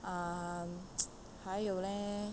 um 还有嘞